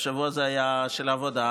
והשבוע זה היה של העבודה,